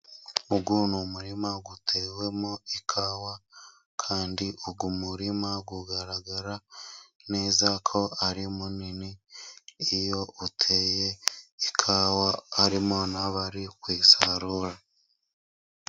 Uyu ni umurima utewemo ikawa kandi uyu umurima ugaragara neza ko ari munini, iyo uteye ikawa harimo n'abari kwisarura.